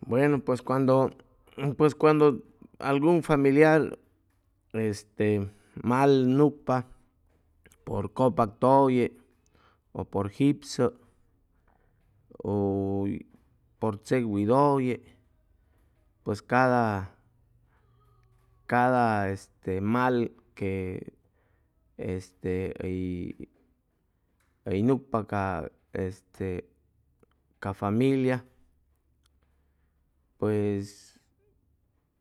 Buenu pues cuando pues cuando algun familiar este mal nucpa por copak tʉlle ʉ por jipsʉ u por chec widʉye pues cada cada este mal que este hʉy hʉy nucpa ca este ca familia pues